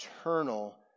eternal